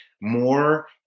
more